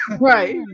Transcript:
Right